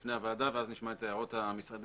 בפני הוועדה ואז נשמע את הערות המשרדים,